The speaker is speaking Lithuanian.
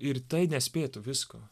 ir tai nespėtų visko